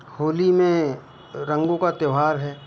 होली में रंगों का त्यौहार है